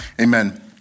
Amen